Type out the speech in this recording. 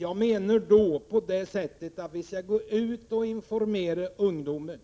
Jag menar då att vi skall gå ut och informera ungdomen